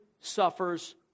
suffers